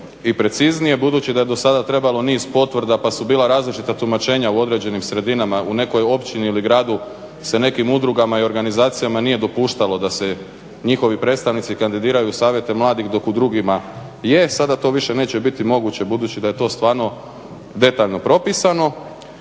i preciznije. Budući da je dosada trebalo niz potvrda pa su bila različita tumačenja u određenim sredinama, u nekoj općini ili gradu se nekim udrugama i organizacijama nije dopuštalo da se njihovi predstavnici kandidiraju u savjete mladih dok u drugima je. Sada to više neće biti moguće budući da je to stvarno detaljno propisano.